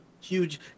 Huge